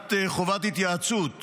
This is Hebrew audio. קביעת חובת התייעצות